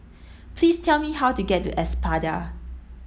please tell me how to get to Espada